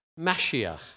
mashiach